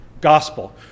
gospel